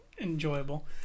enjoyable